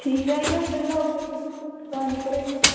ठीक ऐ आई जाओ वेल्ला ओ फिर तुस दुकान उप्पर आई जाओ